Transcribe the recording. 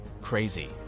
Crazy